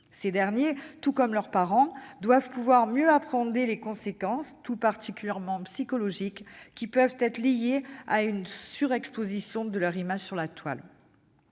Ces derniers, tout comme leurs parents, doivent pouvoir mieux appréhender les conséquences, tout particulièrement psychologiques, qui peuvent être liées à une surexposition de leur image sur la « toile